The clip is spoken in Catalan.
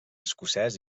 escocès